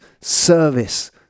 service